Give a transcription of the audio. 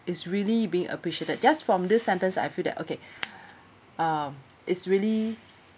is really being appreciated just from this sentence I feel that okay um it's really